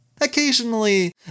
occasionally